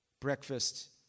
breakfast